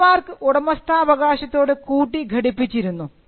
trade mark ഉടമസ്ഥാവകാശത്തോട് കൂട്ടി ഘടിപ്പിച്ചിരുന്നു